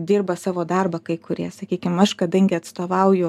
dirba savo darbą kai kurie sakykim aš kadangi atstovauju